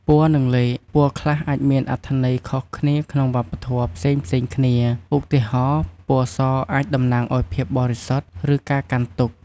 ពណ៌ និងលេខ ពណ៌ខ្លះអាចមានអត្ថន័យខុសគ្នាក្នុងវប្បធម៌ផ្សេងៗគ្នា ឧទាហរណ៍ ពណ៌សអាចតំណាងឱ្យភាពបរិសុទ្ធ ឬការកាន់ទុក្ខ។